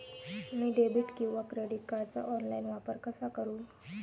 मी debit किंवा credit कार्डचा online वापर कसा करु?